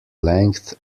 length